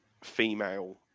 female